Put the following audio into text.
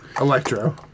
Electro